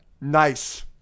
Nice